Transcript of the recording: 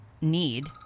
need